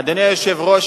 אדוני היושב-ראש,